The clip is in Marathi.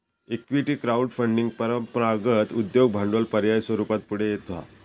इक्विटी क्राउड फंडिंग परंपरागत उद्योग भांडवल पर्याय स्वरूपात पुढे येता हा